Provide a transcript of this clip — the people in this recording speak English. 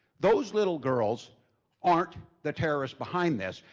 those little girls aren't the terrorists behind this.